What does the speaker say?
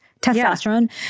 testosterone